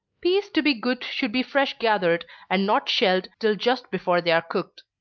peas to be good should be fresh gathered, and not shelled till just before they are cooked.